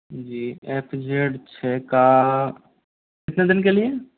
जी F Z छ का कितने दिन के लिए